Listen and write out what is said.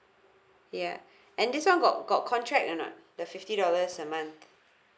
yeah and this one got got contract or not the fifty dollars a month